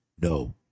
no